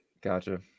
Gotcha